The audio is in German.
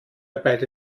beide